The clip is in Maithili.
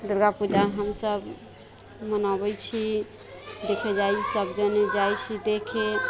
दुर्गापूजा हमसभ मनाबैत छी देखे जाइत सभ जने जाइत छी देखे